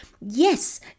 Yes